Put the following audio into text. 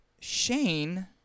Shane